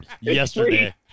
Yesterday